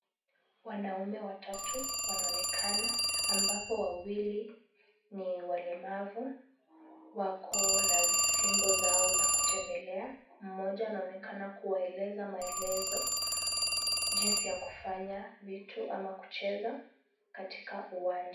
Wanaume watatu wanaonekana, ambapo wawili ni walemavu. Wako na fimbo zao za kutembelea. Mmoja anaonekana kuwaeleza maelezo jinsi ya kufanya vitu ama kucheza katika uwanja.